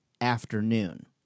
afternoon